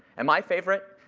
and my favorite,